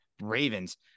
ravens